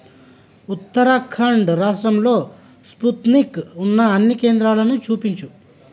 ఉత్తరాఖండ్ రాష్ట్రంలో స్పుత్నిక్ ఉన్న అన్ని కేంద్రాలను చూపించు